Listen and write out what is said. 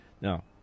Now